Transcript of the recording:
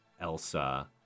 Elsa